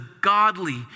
godly